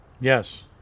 Yes